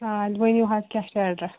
اَدٕ ؤنِو حظ کیٛاہ چھُ ایٚڈرَس